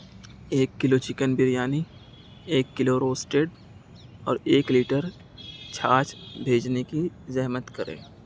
ایک kilo chicken biryani ایک kilo roasted اور ایک لیٹر چھاچھ بھیجنے کی زحمت کریں